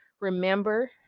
remember